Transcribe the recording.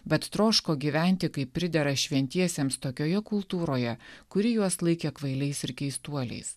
bet troško gyventi kaip pridera šventiesiems tokioje kultūroje kuri juos laikė kvailiais ir keistuoliais